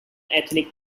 ethnic